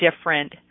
different